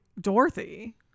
dorothy